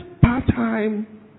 part-time